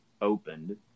opened